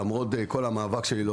למרות כל המאבק שלי,